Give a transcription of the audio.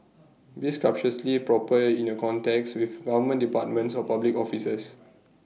be scrupulously proper in your contacts with government departments or public officers